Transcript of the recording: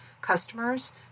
customers